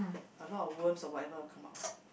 a lot of worms or whatever will come out loh